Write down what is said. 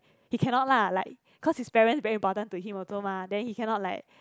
he cannot lah like because his parent very important to him also mah then he cannot like